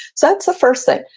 so that's the first thing.